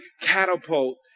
catapult